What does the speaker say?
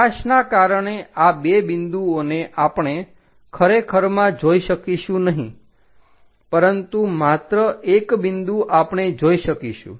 પ્રકાશના કારણે આ બે બિંદુઓને આપણે ખરેખરમાં જોઈ શકીશું નહીં પરંતુ માત્ર એક બિંદુ આપણે જોઈ શકીશું